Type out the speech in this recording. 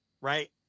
right